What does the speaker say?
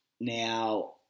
Now